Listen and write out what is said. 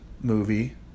movie